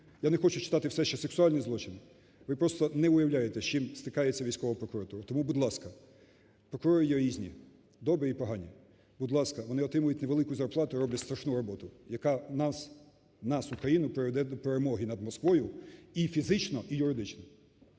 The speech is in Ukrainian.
Я не хочу читати все, ще сексуальні злочини. Ви просто не уявляєте, з чим стикається військова прокуратура. Тому, будь ласка, прокурори є різні, добрі і погані. Будь ласка, вони отримують невелику зарплату, роблять страшну роботу, яка нас, нас, Україну, приведе до перемоги над Москвою і фізично, і юридично.